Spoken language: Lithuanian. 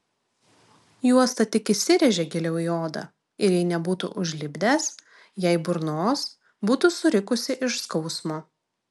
juosta tik įsirėžė giliau į odą ir jei nebūtų užlipdęs jai burnos būtų surikusi iš skausmo